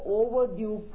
overdue